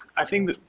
i think